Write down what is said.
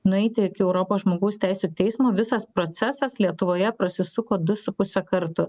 nueiti iki europos žmogaus teisių teismo visas procesas lietuvoje prasisuko du su puse karto